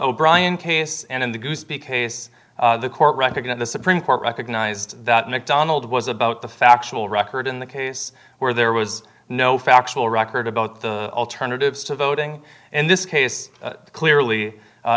o'brien case and in the goosby case the court recognized the supreme court recognized that mcdonald was about the factual record in the case where there was no factual record about the alternatives to voting in this case clearly a